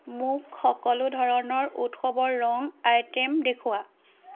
মোক সকলো ধৰণৰ উৎসৱৰ ৰং আইটে'ম দেখুওৱা